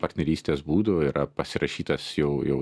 partnerystės būdų yra pasirašytas jau jau